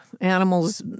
animals